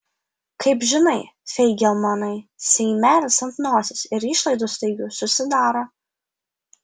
kaip žinai feigelmanai seimelis ant nosies ir išlaidų staigių susidaro